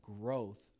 growth